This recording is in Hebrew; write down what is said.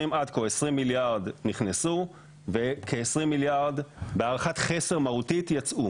עד כה 20 מיליארד נכנסו וכ-20 מיליארד בהערכת חסר מהותית יצאו.